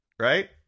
Right